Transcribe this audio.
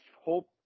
hope